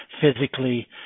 physically